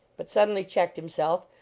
but suddenly checked himself,